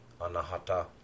anahata